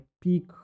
peak